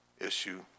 Issue